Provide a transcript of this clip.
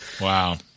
Wow